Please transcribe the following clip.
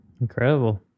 incredible